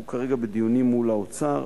והוא כרגע בדיונים מול האוצר.